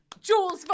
Jules